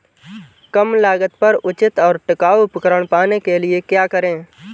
कम लागत पर उचित और टिकाऊ उपकरण पाने के लिए क्या करें?